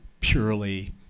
purely